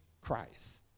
Christ